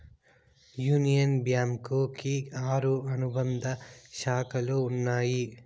union Bank కి ఆరు అనుబంధ శాఖలు ఉన్నాయి